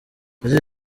yagize